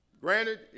Granted